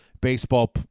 baseball –